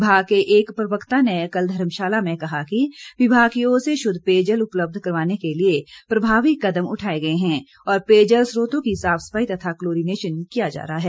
विभाग के एक प्रवक्ता ने कल धर्मशाला में कहा कि विभाग की ओर से शुद्ध पेयजल उपलब्ध करवाने के लिए प्रभावी कदम उठाए गए हैं और पेयजल स्रोतों की साफ सफाई तथा कलोरीनेशन किया जा रहा है